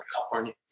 California